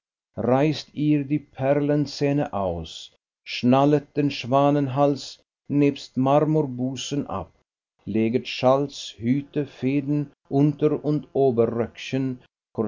reißt ihr die perlenzähne aus schnallet den schwanenhals nebst marmorbusen ab leget schals hüte federn unter und